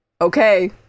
okay